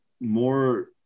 more